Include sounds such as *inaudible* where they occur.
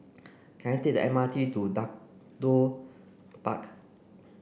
can I take the M R T to *unintelligible* Park